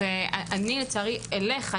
אני לצערי אלך.